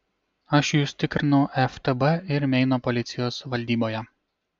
aš jus tikrinau ftb ir meino policijos valdyboje